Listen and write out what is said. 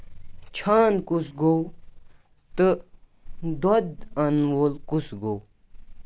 چھان کُس گوو تہٕ دۄد آنن وول کُس گوٚو